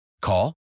Call